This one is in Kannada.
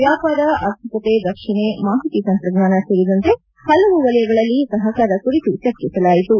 ವ್ಲಾಪಾರ ಆರ್ಥಿಕತೆ ರಕ್ಷಣೆ ಮಾಹಿತಿ ತಂತ್ರಜ್ಞಾನ ಸೇರಿದಂತೆ ಹಲವು ವಲಯಗಳಲ್ಲಿ ಸಹಕಾರ ಕುರಿತು ಚರ್ಚಿಸಲಾಯಿತು